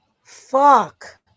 Fuck